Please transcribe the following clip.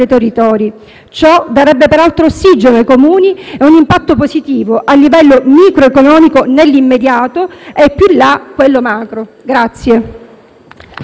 territori. Ciò darebbe peraltro ossigeno ai Comuni e un impatto positivo a livello microeconomico nell'immediato e, più in là, a livello macroeconomico.